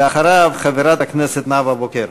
אחריו, חברת הכנסת נאוה בוקר.